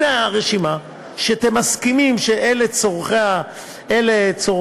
הנה הרשימה, שאתם מסכימים שאלה צורכי המשרד,